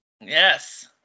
yes